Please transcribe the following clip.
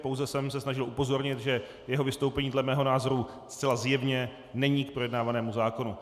Pouze jsem se snažil upozornit, že jeho vystoupení dle mého názoru zcela zjevně není k projednávanému zákonu.